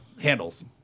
handles